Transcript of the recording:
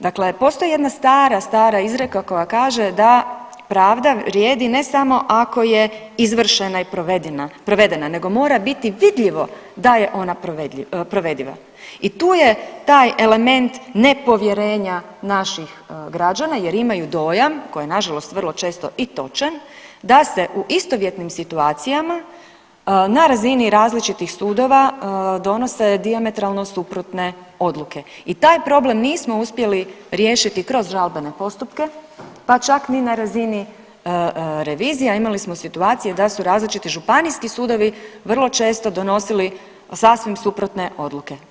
Dakle, postoji jedna stara, stara izreka koja kaže da pravda vrijedi ne samo ako je izvršena i provedena nego mora biti vidljivo da je ona provediva i tu je taj element nepovjerenja naših građana jer imaju dojam koji je nažalost vrlo često i točan da se u istovjetnim situacijama na razini različitih sudova donose dijametralno suprotne odluke i taj problem nismo uspjeli riješiti kroz žalbene postupke, pa čak ni na razini revizija, a imali smo situacije da su različiti županijski sudovi vrlo često donosili sasvim suprotne odluke.